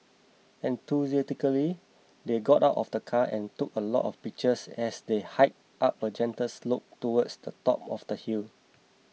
enthusiastically they got out of the car and took a lot of pictures as they hiked up a gentle slope towards the top of the hill